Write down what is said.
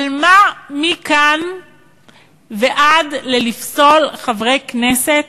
אבל מה מכאן ועד לפסול חברי כנסת